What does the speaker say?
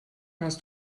hast